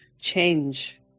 change